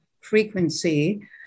frequency